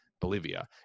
Bolivia